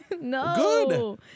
No